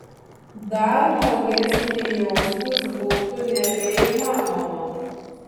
dar nuogesnei jaustis būtų nebeįmanoma